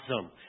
Awesome